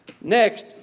Next